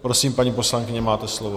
Prosím, paní poslankyně, máte slovo.